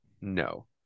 No